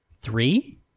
Three